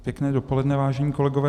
Pěkné dopoledne, vážení kolegové.